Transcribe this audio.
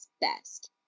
Best